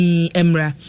emra